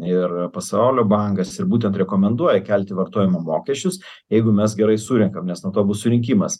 ir pasaulio bankas ir būtent rekomenduoja kelti vartojimo mokesčius jeigu mes gerai surenkam nes nuo to bus surinkimas